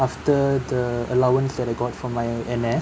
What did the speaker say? after the allowance that I got from my N_S